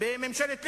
בממשלת ליברמן.